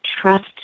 trust